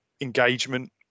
engagement